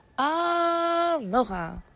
Aloha